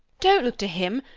don't look to him,